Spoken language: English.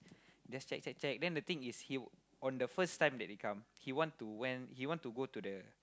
just check check check then the thing is he on the first time that they come he want to went he want to go to the